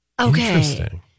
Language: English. Okay